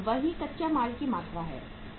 वही कच्चे माल की मात्रा है